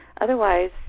Otherwise